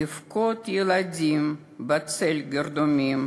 "בבכות ילדים בצל גרדומים,